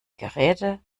geräte